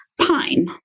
pine